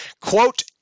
quote